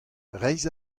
reizh